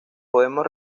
podemos